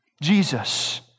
Jesus